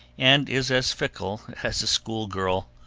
and is as fickle as a schoolgirl.